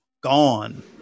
gone